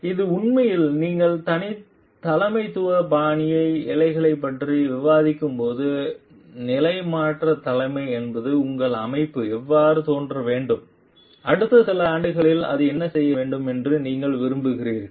எனவே இது உண்மையில் நீங்கள் தலைமைத்துவ பாணி இழைகளைப் பற்றி விவாதிக்கும்போது நிலைமாற்றத் தலைமை என்பது உங்கள் அமைப்பு எவ்வாறு தோன்ற வேண்டும் அடுத்த சில ஆண்டுகளில் அது என்ன செய்ய வேண்டும் என்று நீங்கள் விரும்புகிறீர்கள்